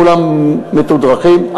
כולם מתודרכים.